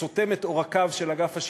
באמת חייבים את התודה הגבוהה ביותר לאנשים